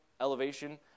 Elevation